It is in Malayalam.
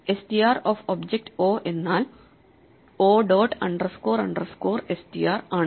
str ഓഫ് ഒബ്ജക്റ്റ് ഒ എന്നാൽ O dot underscore underscore str ആണ്